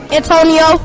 Antonio